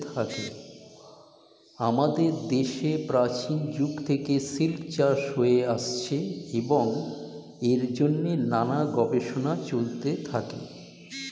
আমাদের দেশে প্রাচীন যুগ থেকে সিল্ক চাষ হয়ে আসছে এবং এর জন্যে নানান গবেষণা চলতে থাকে